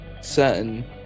certain